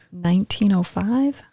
1905